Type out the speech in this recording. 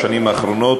בשנים האחרונות